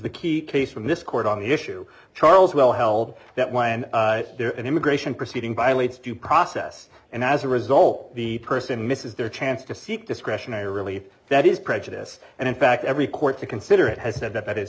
the key case from this court on the issue charles well held that when an immigration proceeding violates due process and as a result the person misses their chance to seek discretionary really that is prejudice and in fact every court to consider it has said that